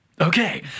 Okay